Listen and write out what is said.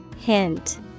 Hint